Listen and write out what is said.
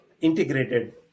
integrated